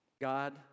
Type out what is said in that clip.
God